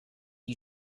you